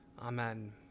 Amen